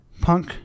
punk